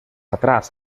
atrás